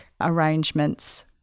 arrangements